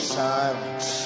silence